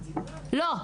לא.